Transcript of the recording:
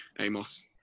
Amos